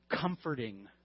comforting